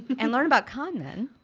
and learn about con men.